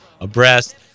abreast